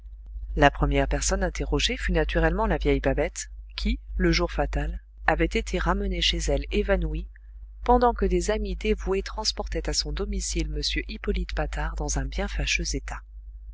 la première personne interrogée fut naturellement la vieille babette qui le jour fatal avait été ramenée chez elle évanouie pendant que des amis dévoués transportaient à son domicile m hippolyte patard dans un bien fâcheux état